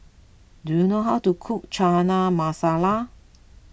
do you know how to cook Chana Masala